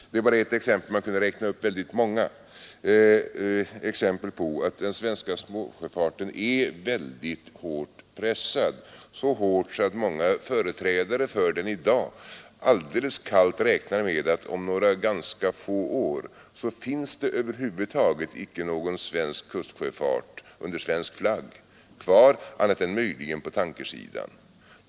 Detta är bara ett exempel; man kan räkna upp många exempel på att den svenska småsjöfarten är väldigt hårt pressad, så hårt att många företrädare för den i dag kallt räknar med att om ganska få år finns det över huvud taget ingen svensk kustsjöfart kvar under svensk flagg annat än möjligen på tankersidan.